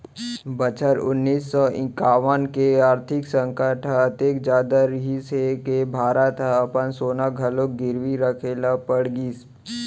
बछर उन्नीस सौ इंकावन के आरथिक संकट ह अतेक जादा रहिस हे के भारत ह अपन सोना घलोक गिरवी राखे ल पड़ गिस